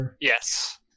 Yes